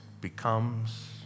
becomes